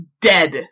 dead